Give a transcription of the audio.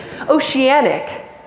oceanic